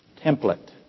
template